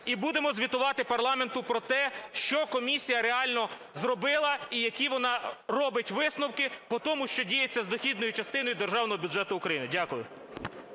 І будемо звітувати парламенту про те, що комісія реально зробила і які вона робить висновки по тому, що діється з дохідною частиною Державного бюджету України. Дякую.